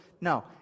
No